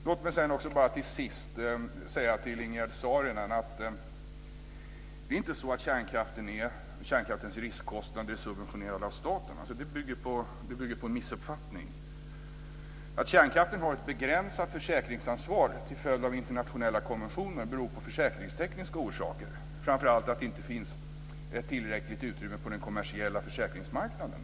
Låt mig också bara till sist säga till Ingegerd Saarinen att det är inte så att kärnkraftens riskkostnader är subventionerade av staten. Det bygger på en missuppfattning. Att kärnkraften har ett begränsat försäkringsansvar till följd av internationella konventioner har försäkringstekniska orsaker, framför allt att det inte finns tillräckligt utrymme på den kommersiella försäkringsmarknaden.